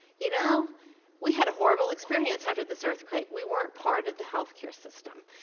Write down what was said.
you know we had a horrible experience after this earthquake. we weren't part of the healthcare system.